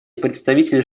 представители